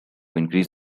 increase